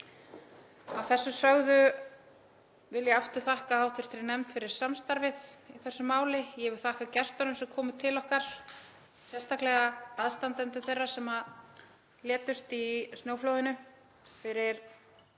þátt. Ég vil aftur þakka hv. nefnd fyrir samstarfið í þessu máli. Ég vil þakka gestunum sem komu til okkar, sérstaklega aðstandendum þeirra sem létust í snjóflóðinu, fyrir